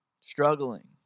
struggling